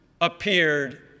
appeared